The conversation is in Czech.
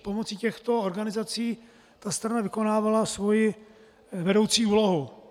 Pomocí těchto organizací ta strana vykonávala svoji vedoucí úlohu.